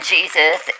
Jesus